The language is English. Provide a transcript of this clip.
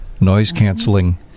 noise-canceling